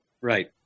Right